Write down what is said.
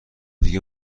دیگه